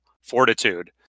fortitude